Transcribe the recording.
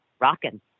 rocking